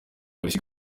polisi